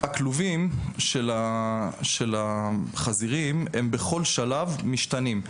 הכלובים של החזירים הם בכל שלב משתנים.